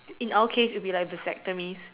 in our case it'll be like vasectomy